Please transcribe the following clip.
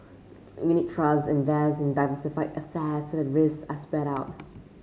unit trusts invest in diversified assets risks are spread out